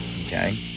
Okay